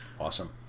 Awesome